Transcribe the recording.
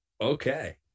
okay